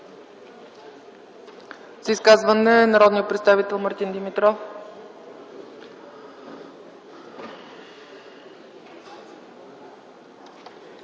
За изказване – народният представител Мартин Димитров.